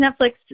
Netflix